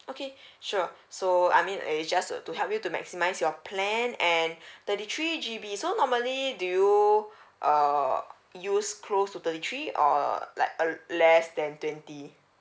okay sure so I mean is just to help you to maximize your plan and thirty three G_B so normally do you uh use close to thirty three or uh like err less than twenty